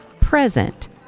present